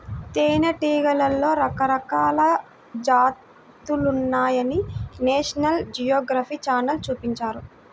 తేనెటీగలలో రకరకాల జాతులున్నాయని నేషనల్ జియోగ్రఫీ ఛానల్ చూపించారు